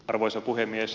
arvoisa puhemies